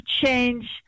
change